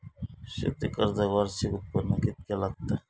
शेती कर्जाक वार्षिक उत्पन्न कितक्या लागता?